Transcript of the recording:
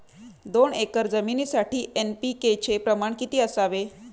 दोन एकर जमीनीसाठी एन.पी.के चे प्रमाण किती असावे?